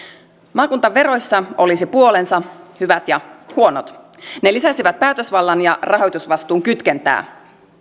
maakuntaveroissa olisi puolensa hyvät ja huonot ne lisäisivät päätösvallan ja rahoitusvastuun kytkentää